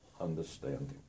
understanding